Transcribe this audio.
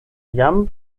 jam